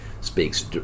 speaks